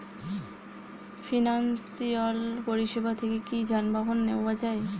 Financial পরিসেবা থেকে কি যানবাহন নেওয়া যায়?